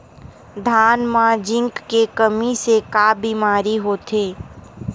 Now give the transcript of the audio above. धान म जिंक के कमी से का बीमारी होथे?